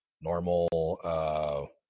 normal